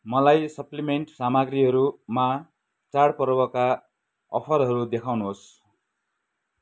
मलाई सप्लिमेन्ट सामग्रीहरूमा चाडपर्वका अफरहरू देखाउनुहोस्